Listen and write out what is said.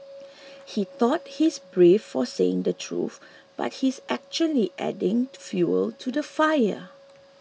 he thought he's brave for saying the truth but he's actually just adding fuel to the fire